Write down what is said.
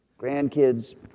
Grandkids